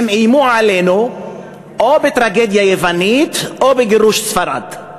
הם איימו עלינו או בטרגדיה יוונית או בגירוש ספרד.